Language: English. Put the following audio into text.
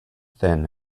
thin